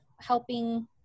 helping